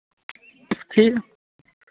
ठीक